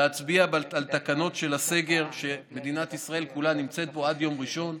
להצביע על תקנות הסגר שמדינת ישראל כולה נמצאת בו עד יום ראשון.